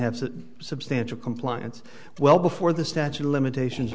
have substantial compliance well before the statute of limitations